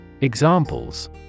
Examples